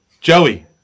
Joey